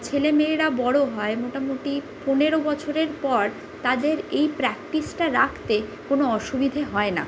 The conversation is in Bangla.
ছেলে মেয়েরা বড়ো হয় মোটামোটি পনেরো বছরের পর তাদের এই প্রাকটিসটা রাখতে কোনও অসুবিধে হয় না